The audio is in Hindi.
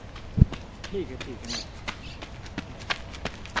ठीक है ठीक है नमस्कार